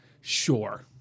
Sure